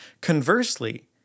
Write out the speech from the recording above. Conversely